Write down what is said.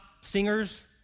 singers